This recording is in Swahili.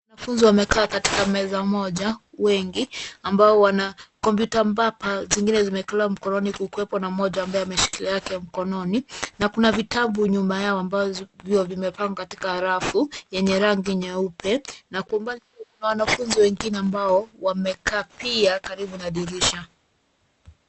Wanafunzi wamekaa katika meza moja, wengi ambao wana kompyuta mbapa zingine zimewekelewa mkononi kukiwepo na mmoja amaye ameshikilia yake mkononi na kuna vitabu nyuma yao ambavyo vimepangwa katika rafu yenye rangi nyeupe na kwa umbali kuna wanafunzi wengine ambao wamekaa pia karibu na dirisha.